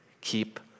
Keep